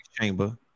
Chamber